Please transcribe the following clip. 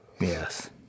Yes